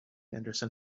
henderson